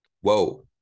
whoa